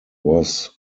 was